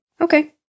Okay